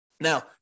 Now